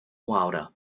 wilder